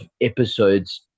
episodes